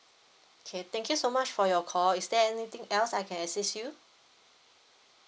okay thank you so much for your call is there anything else I can assist you